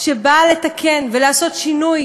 שבאה לתקן ולעשות שינוי,